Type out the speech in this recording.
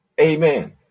Amen